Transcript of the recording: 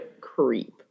creep